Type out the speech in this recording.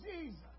Jesus